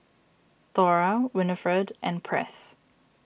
Thora Winifred and Press